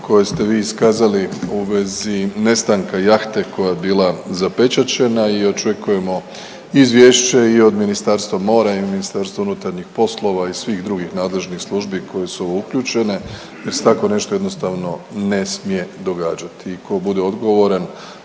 koje ste vi iskazali u vezi nestanka jahte koja je bila zapečaćena i očekujemo izvješće i od Ministarstva mora i od MUP-a i svih drugih nadležnih službi koje su uključene jer se tako nešto jednostavno ne smije događati i tko bude odgovoran